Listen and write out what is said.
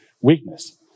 weakness